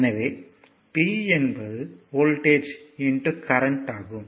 எனவே P என்பது voltage current ஆகும்